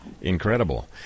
Incredible